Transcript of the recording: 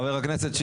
חבר הכנסת,